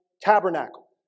Tabernacle